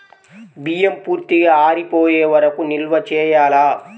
బియ్యం పూర్తిగా ఆరిపోయే వరకు నిల్వ చేయాలా?